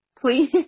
please